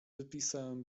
wypisałem